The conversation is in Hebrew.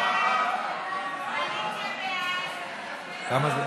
סעיף 1 נתקבל.